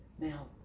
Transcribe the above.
Now